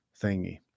thingy